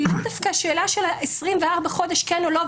היא לאו דווקא השאלה של 24 החודשים כן או לא,